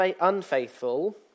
unfaithful